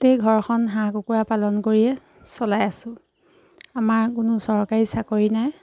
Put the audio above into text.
গোটেই ঘৰখন হাঁহ কুকুৰা পালন কৰিয়ে চলাই আছোঁ আমাৰ কোনো চৰকাৰী চাকৰি নাই